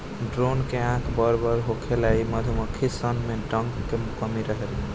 drone के आँख बड़ बड़ होखेला इ मधुमक्खी सन में डंक के कमी रहेला